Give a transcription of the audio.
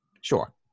Sure